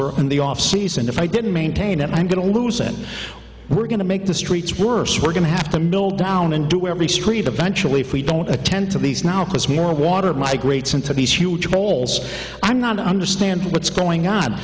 we're in the off season if i didn't maintain it i'm going to lose it we're going to make the streets worse we're going to have to mill down into every street eventually if we don't attend to these now because more water migrates into these huge holes i'm not understand what's going on